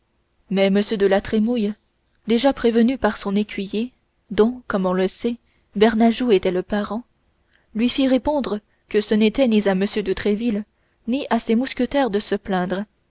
mais m de la trémouille déjà prévenu par son écuyer dont comme on le sait bernajoux était le parent lui fit répondre que ce n'était ni à m de tréville ni à ses mousquetaires de se plaindre